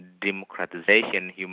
democratization